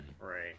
right